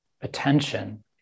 attention